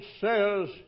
says